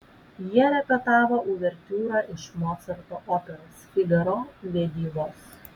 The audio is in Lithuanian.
jie repetavo uvertiūrą iš mocarto operos figaro vedybos